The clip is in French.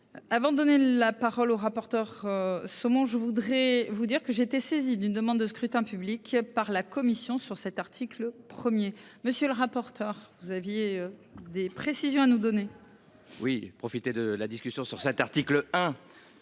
Avant de donner la parole aux rapporteurs saumon je voudrais vous dire que j'ai été saisi d'une demande de scrutin public par la commission sur cet article 1er monsieur le rapporteur. Vous aviez des précisions à nous donner.-- Oui, profiter de la discussion sur cet article.